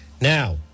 Now